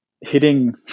hitting